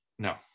no